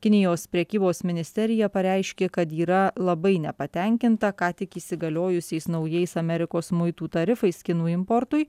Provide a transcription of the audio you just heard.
kinijos prekybos ministerija pareiškė kad yra labai nepatenkinta ką tik įsigaliojusiais naujais amerikos muitų tarifais kinų importui